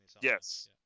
Yes